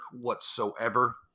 whatsoever